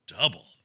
Double